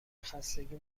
خستگی